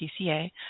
pca